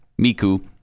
Miku